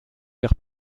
vers